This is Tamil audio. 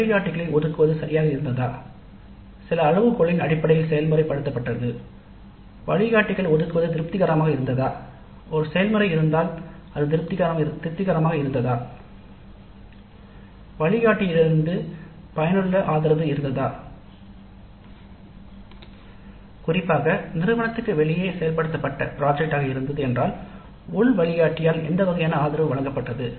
" வழிகாட்டிகளை ஒதுக்குவது சரியாக இருந்ததா சில அளவுகோல்களின் அடிப்படையில் செயல்படுத்தப்பட்டது "வழிகாட்டிகளை ஒதுக்குவது திருப்திகரமாக இருந்தது" ஒரு செயல்முறை இருந்தாலும் அது திருப்திகரமாக இருந்ததா "வழிகாட்டியிலிருந்து பயனுள்ள ஆதரவு இருந்ததா" குறிப்பாக நிறுவனத்திற்கு வெளியே செயல்படுத்தப்பட்ட ப்ராஜெக்ட் ஆக இருந்தது என்றால் உள் வழிகாட்டியால் எந்த வகையான ஆதரவு வழங்கப்பட்டது